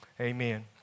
Amen